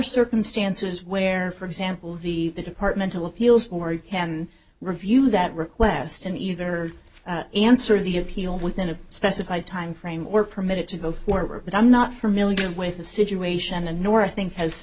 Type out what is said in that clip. circumstances where for example the department of appeals or you can review that request and either answer the appeal within a specified time frame or permit it to go forward but i'm not familiar with the situation and nor i think has